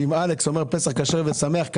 ואם אלכס אמר פסח כשר ושמח,